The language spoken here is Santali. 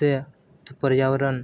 ᱥᱮ ᱯᱚᱨᱭᱟᱵᱚᱨᱚᱱ